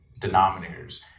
denominators